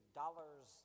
dollars